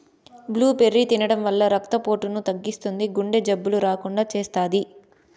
blueberry తినడం వల్ల రక్త పోటును తగ్గిస్తుంది, గుండె జబ్బులు రాకుండా చేస్తాది